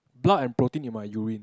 blood and protein in my urine